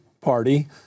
party